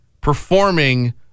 performing